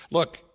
Look